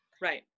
Right